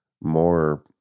more